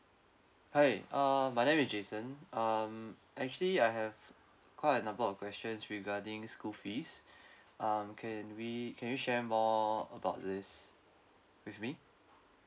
hi uh my name is jason um actually I have quite a number of questions regarding school fees um can we can you share more about this with me